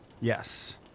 Yes